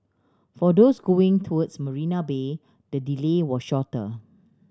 for those going towards Marina Bay the delay was shorter